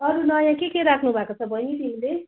अरू नयाँ के के राख्नुभएको छ बहिनी तिमीले